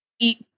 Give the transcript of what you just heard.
eat